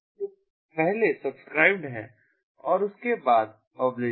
तो पहले सब्सक्राइब्ड है और उसके बाद पब्लिश्ड